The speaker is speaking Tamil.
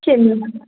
சரிங்க மேம்